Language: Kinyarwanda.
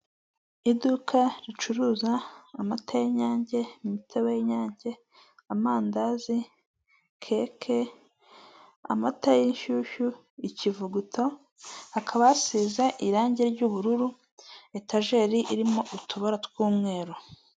Iduka ricuruza amata y'Inyange imitobe y'inyange, amandazi, keke ,amata y'inshyushyu ikivuguto akaba asize irangi ry'ubururu etajeri irimo utubara tw'umweru.